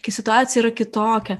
kai situacija yra kitokia